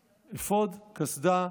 אפוד, קסדה,